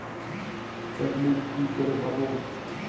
Chequebook কি করে পাবো?